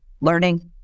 learning